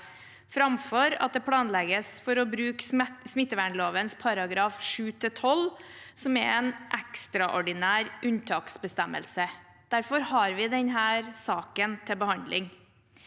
framfor at det planlegges for å bruke smittevernloven § 7-12, som er en ekstraordinær unntaksbestemmelse. Derfor har vi denne saken til behandling,